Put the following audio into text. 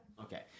Okay